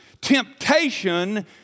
temptation